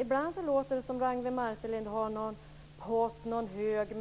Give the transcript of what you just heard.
Ibland låter det som om Ragnwi Marcelind har någon hög